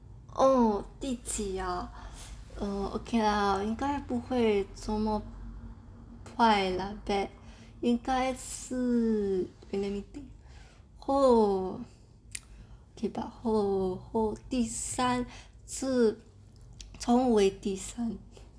oh 第几 ah err okay lah 应该不会怎么快 like get 应该是 wait let me think [ho] okay but [ho] 第三是从未第三